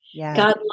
God